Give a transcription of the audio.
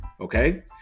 Okay